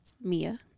Mia